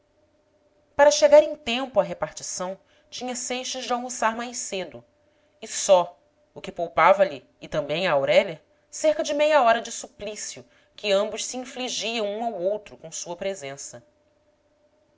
para chegar em tempo à repartição tinha seixas de almoçar mais cedo e só o que poupava lhe e também a aurélia cerca de meia hora de suplício que ambos se infligiam um ao outro com sua presença